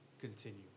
continue